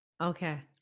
Okay